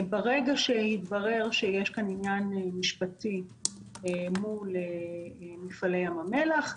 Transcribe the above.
ברגע שהתברר שיש כאן עניין משפטי מול מפעלי ים המלח,